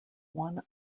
one